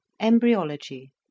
Embryology